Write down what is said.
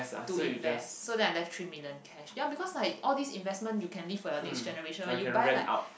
to invest so that I left three million cash ya because like all this investment you can leave for your next generation when you buy like